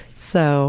so,